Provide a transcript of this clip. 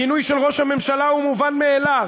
הגינוי של ראש הממשלה הוא מובן מאליו.